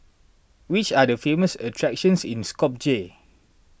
which are the famous attractions in Skopje